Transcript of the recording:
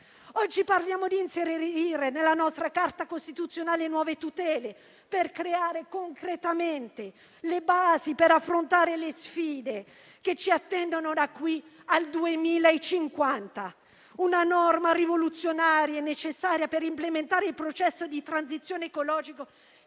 Oggi parliamo di inserire nella nostra Carta costituzionale nuove tutele per creare concretamente le basi per affrontare le sfide che ci attendono da qui al 2050, una norma rivoluzionaria e necessaria per implementare il processo di transizione ecologica